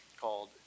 called